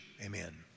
amen